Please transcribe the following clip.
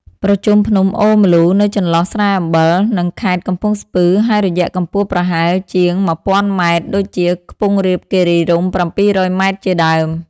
ប្រជុំភ្នំអូរម្លូ នៅចន្លោះស្រែអំបិល និងខេត្តកំពង់ស្ពឺ ហើយរយៈកម្ពស់ប្រហែលជាង១ ០០០ ម ដូចជា ខ្ពង់រាបគិរីរម្យ ៧០០ ម៉ែត្រ ជាដើម ។